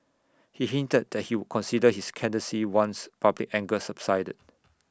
he hinted that he would consider his candidacy once public anger subsided